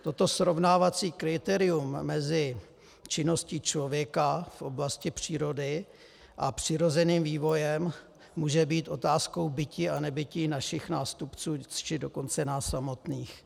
Toto srovnávací kritérium mezi činností člověka v oblasti přírody a přirozeným vývojem může být otázkou bytí a nebytí našich nástupců, či dokonce nás samotných.